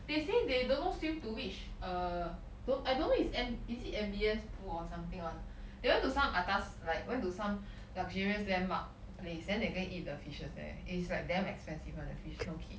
they say they don't know swim to which uh don't I don't know is M is it M_B_S pool or something [one] they went to some atas like went to some luxurious landmark place then they go and eat the fishes there is like damn expensive [one] the fish no kid